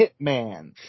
Hitman